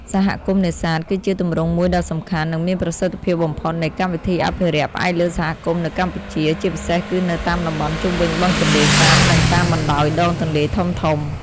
សហគមន៍នេសាទ គឺជាទម្រង់មួយដ៏សំខាន់ និងមានប្រសិទ្ធភាពបំផុតនៃកម្មវិធីអភិរក្សផ្អែកលើសហគមន៍នៅកម្ពុជា ជាពិសេសគឺនៅតាមតំបន់ជុំវិញបឹងទន្លេសាប និងតាមបណ្ដោយដងទន្លេធំៗ។